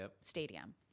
stadium